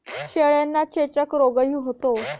शेळ्यांना चेचक रोगही होतो